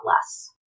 less